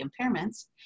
impairments